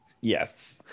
Yes